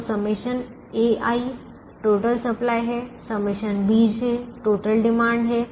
तो ∑ ai total supply है ∑ bj total demand है